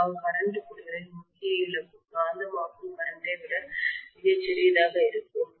பொதுவாக கரண்ட் கூறுகளின் முக்கிய இழப்பு காந்தமாக்கும் கரண்ட் ஐ விட மிகச் சிறியதாக இருக்கும்